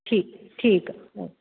ठीकु ठीकु आहे ओके